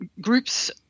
groups